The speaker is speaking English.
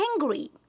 angry